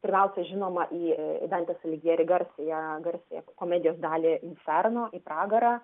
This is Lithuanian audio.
pirmiausia žinoma į dantės aligjeri garsiąją garsiąją komedijos dalį sarno į pragarą